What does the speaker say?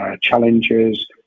challenges